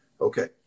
okay